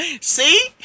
See